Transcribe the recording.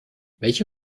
welche